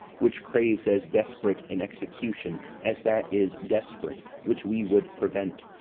which craves as desperate an execution as that is desperate which we would prevent.